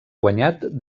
guanyat